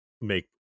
make